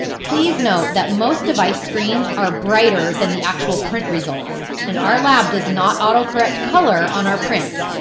please note that most device screens are brighter than the actual print results, and our lab does not auto-correct color on our prints,